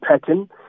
pattern